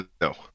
No